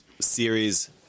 series